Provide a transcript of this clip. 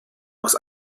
aus